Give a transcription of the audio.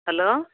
hello